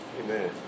amen